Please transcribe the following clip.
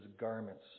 garments